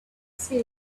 said